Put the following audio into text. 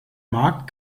markt